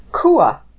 Kua